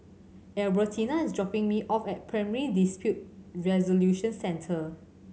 Albertina is dropping me off at Primary Dispute Resolution Centre